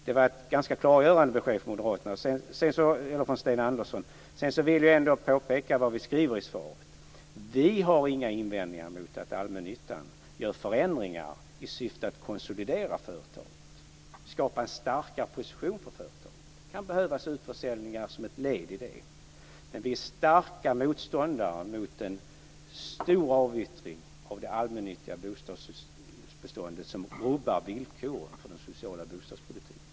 Det var ett ganska klargörande besked från Sten Jag vill ändå påpeka det som vi skriver i svaret, nämligen att vi inte har några invändningar mot att allmännyttan gör förändringar i syfte att konsolidera företaget och skapa en starkare position för företaget. Det kan behövas utförsäljningar som ett led i det. Men vi är starka motståndare till en stor avyttring av det allmännyttiga bostadsbeståndet som rubbar villkoren för den sociala bostadspolitiken.